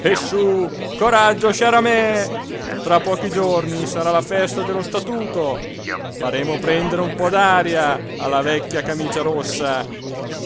e su coraggio sciaramè tra pochi giorni sarà la festa dello statuto faremo prendere un po d'aria alla vecchia camicia rossa